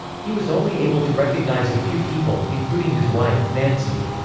he was only able to recognize a few people, including his wife, nancy.